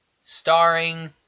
starring